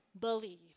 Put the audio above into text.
believe